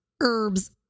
Herbs